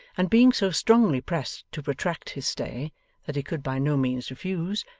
and being so strongly pressed to protract his stay that he could by no means refuse,